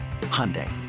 Hyundai